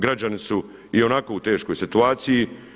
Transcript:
Građani su ionako u teškoj situaciji.